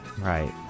right